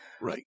Right